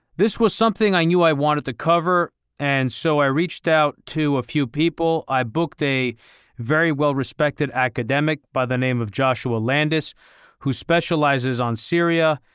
this was something i knew i wanted to cover and so i reached out to a few people. i booked a very well respected academic by the name of joshua landis who specializes on syria.